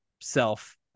self